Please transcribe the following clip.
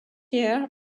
year